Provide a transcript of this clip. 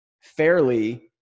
fairly